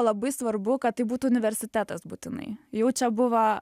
labai svarbu kad tai būtų universitetas būtinai jau čia buvo